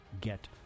get